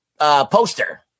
poster